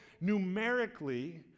numerically